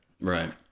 Right